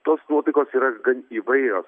tos nuotaikos yra gan įvairios